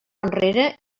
enrere